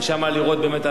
ושם לראות באמת,